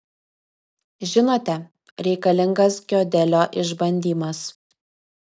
žinote reikalingas giodelio išbandymas